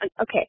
Okay